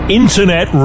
internet